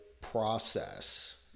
process